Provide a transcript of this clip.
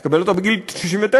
תקבל אותה בגיל 69,